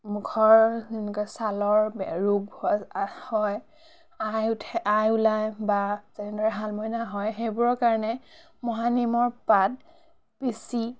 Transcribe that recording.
মুখৰ যেনেকুৱা ছালৰ ৰোগ হয় হয় আই উঠে আই ওলাই বা যেনেদৰে শালমইনা হয় সেইবোৰৰ কাৰণে মহানিমৰ পাত পিচি